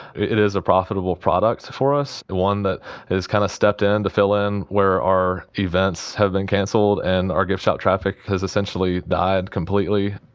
it is a profitable products for us, one that is kind of stepped in to fill in where our events have been canceled and our gift shop traffic has essentially died completely.